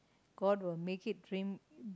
god will make it dream